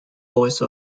voice